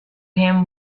him